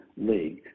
league